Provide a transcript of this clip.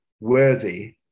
worthy